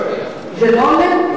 בעולם, זה יורד גם פה?